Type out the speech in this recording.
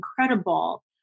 incredible